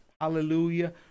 Hallelujah